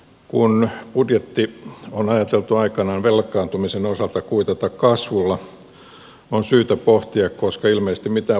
kun budjetti on ajateltu aikanaan velkaantumisen osalta kuitata kasvulla on syytä pohtia koska ilmeisesti mitään varasuunnitelmaakaan ei ole näköpiirissä